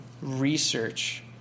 research